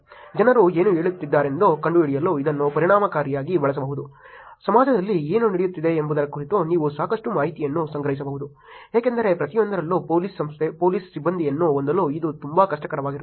ಜನರು ಏನು ಹೇಳುತ್ತಿದ್ದಾರೆಂದು ಕಂಡುಹಿಡಿಯಲು ಇದನ್ನು ಪರಿಣಾಮಕಾರಿಯಾಗಿ ಬಳಸಬಹುದು ಸಮಾಜದಲ್ಲಿ ಏನು ನಡೆಯುತ್ತಿದೆ ಎಂಬುದರ ಕುರಿತು ನೀವು ಸಾಕಷ್ಟು ಮಾಹಿತಿಯನ್ನು ಸಂಗ್ರಹಿಸಬಹುದು ಏಕೆಂದರೆ ಪ್ರತಿಯೊಂದರಲ್ಲೂ ಪೊಲೀಸ್ ಸಂಸ್ಥೆ ಪೊಲೀಸ್ ಸಿಬ್ಬಂದಿಯನ್ನು ಹೊಂದಲು ಇದು ತುಂಬಾ ಕಷ್ಟಕರವಾಗಿರುತ್ತದೆ